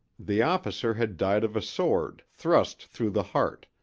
the officer had died of a sword-thrust through the heart,